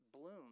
bloom